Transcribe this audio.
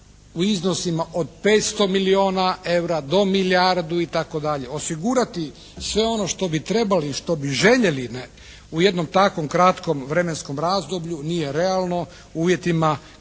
u iznosima od 500 milijuna eura do milijardu itd. Osigurati sve ono što bi trebali i što bi željeli u jednom takvom kratkom vremenskom razdoblju nije realno uvjetima